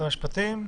משרד המשפטים?